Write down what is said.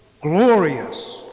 glorious